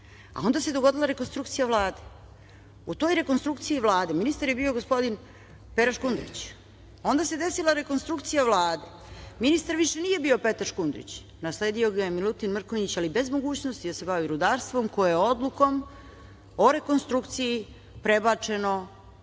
a onda se dogodila rekonstrukcija Vlade. U toj rekonstrukciji Vlade ministar je bio gospodin Pera Škundrić, onda se desila rekonstrukcija Vlade, ministar više nije bio Petar Škundrić, nasledio ga je Milutin Mrkonjić, ali bez mogućnosti da se bavi rudarstvom, koje je odlukom o rekonstrukciji prebačeno